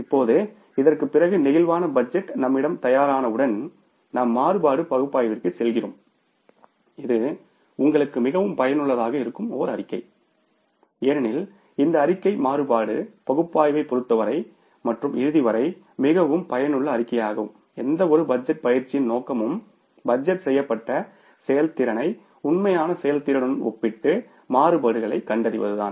இப்போது இதற்குப் பிறகு பிளேக்சிபிள் பட்ஜெட் நம்மிடம் தயாரானவுடன் நாம் மாறுபாடு பகுப்பாய்விற்குச் செல்கிறோம் இது உங்களுக்கு மிகவும் பயனுள்ளதாக இருக்கும் அறிக்கை ஏனெனில் இந்த அறிக்கை மாறுபாடு பகுப்பாய்வைப் பொருத்தவரை மற்றும் இறுதிவரை மிகவும் பயனுள்ள அறிக்கையாகும் எந்தவொரு பட்ஜெட் பயிற்சியின் நோக்கமும் பட்ஜெட் செய்யப்பட்ட செயல்திறனை உண்மையான செயல்திறனுடன் ஒப்பிட்டு மாறுபாடுகளைக் கண்டறிவதுதான்